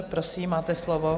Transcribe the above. Prosím, máte slovo.